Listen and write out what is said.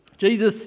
Jesus